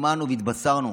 שמענו והתבשרנו